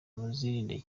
muzirinde